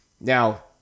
now